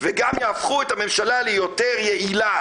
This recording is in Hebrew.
וגם יהפכו את הממשלה ליותר יעילה,